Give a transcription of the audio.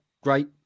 great